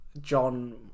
John